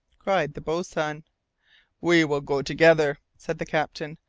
cried the boatswain. we will go together, said the captain.